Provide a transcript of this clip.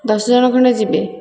ଦଶ ଜଣ ଖଣ୍ଡେ ଯିବେ